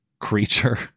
creature